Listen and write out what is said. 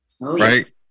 right